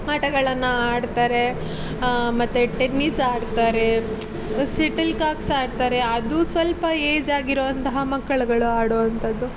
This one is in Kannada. ಆಟಗಳನ್ನು ಆಡ್ತಾರೆ ಮತ್ತು ಟೆನ್ನಿಸ್ ಆಡ್ತಾರೆ ಶೆಟಲ್ ಕಾಕ್ಸ್ ಆಡ್ತಾರೆ ಅದು ಸ್ವಲ್ಪ ಏಜ್ ಆಗಿರೋ ಅಂತಹ ಮಕ್ಕಳುಗಳು ಆಡೋ ಅಂಥದ್ದು